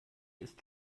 ist